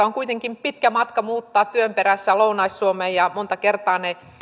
on kuitenkin pitkä matka muuttaa työn perässä lounais suomeen ja monta kertaa ne